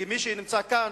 כי מי שנמצא כאן,